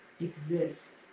exist